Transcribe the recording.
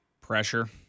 Pressure